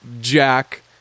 jack